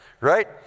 right